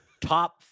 top